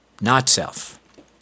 not-self